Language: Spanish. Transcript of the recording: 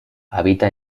habita